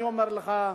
אני אומר לך,